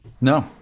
No